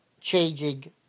changing